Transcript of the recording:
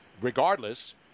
regardless